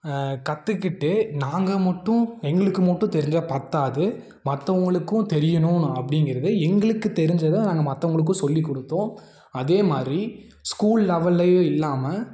கற்றுக்கிட்டு நாங்கள் மட்டும் எங்களுக்கு மட்டும் தெரிஞ்சா பற்றாது மற்றவங்களுக்கும் தெரியணும் அப்படிங்கிறது எங்களுக்குத் தெரிஞ்சதை நாங்கள் மற்றவங்களுக்கும் சொல்லிக் கொடுத்தோம் அதே மாதிரி ஸ்கூல் லெவல்லேயும் இல்லாமல்